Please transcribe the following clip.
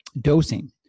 dosing